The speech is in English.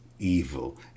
evil